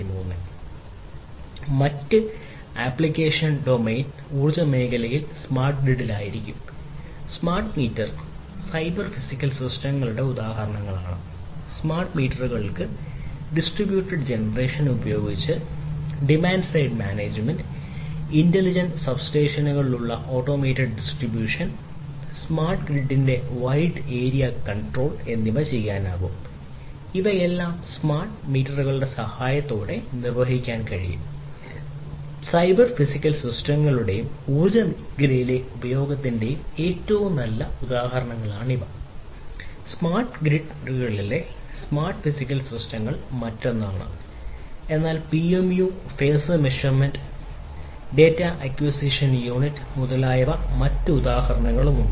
മറ്റ് application domain ഊർജ്ജ മേഖലയിൽ സ്മാർട്ട് ഗ്രിഡിൽ മുതലായ മറ്റ് ഉദാഹരണങ്ങളും ഉണ്ട്